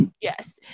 yes